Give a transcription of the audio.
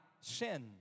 sin